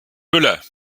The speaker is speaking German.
müller